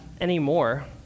anymore